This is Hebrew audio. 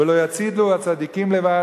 ולא יצילו הצדיקים לבד,